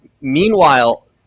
Meanwhile